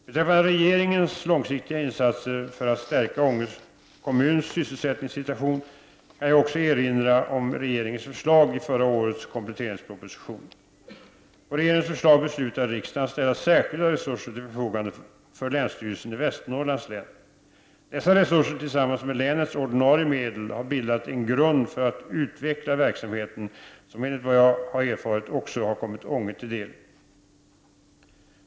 Beträffande regeringens långsiktiga insatser för att stärka Ånge kommuns sysselsättningssituation kan jag också erinra om regeringens förslag i förra årets kompletteringsproposition . På regeringens förslag beslutade riksdagen att ställa särskilda resurser till förfogande för länsstyrelsen i Västernorrlands län. Dessa resurser tillsammans med länets ordinarie medel har bildat en grund för att utveckla verksamheteten som enligt vad jag har erfarit också har kommit Ånge till del.